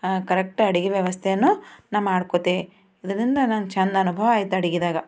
correct ಅಡುಗೆ ವ್ಯವಸ್ಥೆಯನ್ನು ನಾನು ಮಾಡ್ಕೋತೆ ಅದ್ರದಿಂದ ನನ್ಗೆ ಚೆಂದ ಅನುಭವ ಆಯ್ತು ಅಡುಗೆದಾಗ